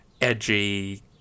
edgy